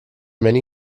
many